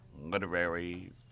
literary